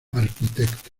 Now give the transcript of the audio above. arquitecto